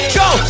go